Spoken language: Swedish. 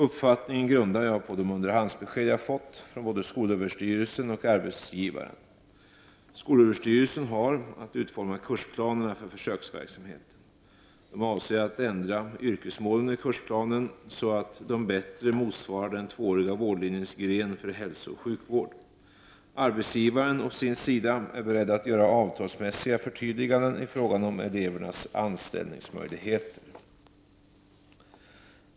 Uppfattningen grundar sig på de underhandsbesked jag fått från både skolöverstyrelsen och arbetsgivaren. Skolöverstyrelsen har att utforma kursplanerna för försöksverksamheten. SÖ avser att ändra yrkesmålen i kursplanen så att de bättre motsvarar den tvååriga vårdlinjens gren för hälsooch sjukvård. Arbetsgivaren å sin sida är beredd att göra avtalsmässiga förtydliganden i fråga om elevernas anställningsmöjligheter.